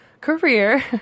career